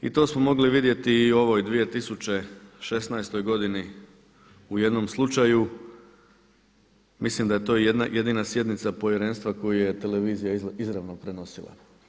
I to smo mogli vidjeti i u ovoj 2016. godini u jednom slučaju, mislim da je to i jedina sjednica Povjerenstva koju je televizija izravno prenosila.